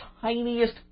tiniest